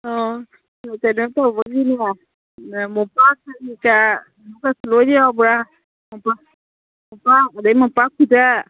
ꯑꯣ ꯀꯩꯅꯣ ꯇꯧꯕꯒꯤꯅꯦ ꯃꯣꯝꯄꯥꯛ ꯀꯔꯤ ꯀꯔꯥ ꯂꯣꯏ ꯌꯥꯎꯕ꯭ꯔꯥ ꯃꯣꯝꯄꯥꯛ ꯃꯣꯝꯄꯥꯛ ꯑꯗꯒꯤ ꯃꯣꯝꯄꯥꯛ ꯐꯤꯗꯛ